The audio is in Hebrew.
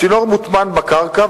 הצינור מוטמן בקרקע,